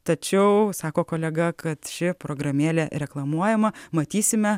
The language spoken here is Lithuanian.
tačiau sako kolega kad ši programėlė reklamuojama matysime